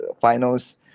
finals